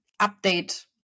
update